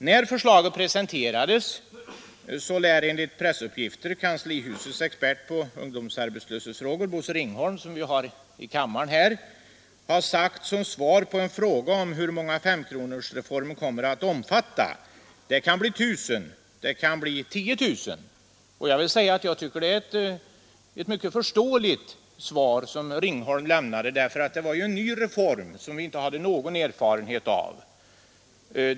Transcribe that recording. När förslaget presenterades lär enligt pressuppgifter kanslihusets expert på ungdomsarbetslöshetsfrågor, Bosse Ringholm, som ju är närvarande här i kammaren, ha sagt som svar på en fråga om hur många femkronorsreformen kommer att omfatta: Det kan bli ett tusen, det kan bli tio tusen. — Jag tycker att det är mycket förståeligt att Bosse Ringholm lämnade det svaret, därför att det var ju en ny reform som vi inte hade någon erfarenhet av.